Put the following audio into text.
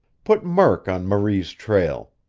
put murk on marie's trail.